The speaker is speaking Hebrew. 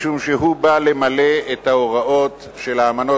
משום שהוא בא למלא את ההוראות של האמנות